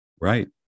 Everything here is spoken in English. Right